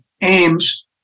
aims